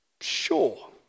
sure